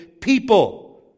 people